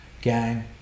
gang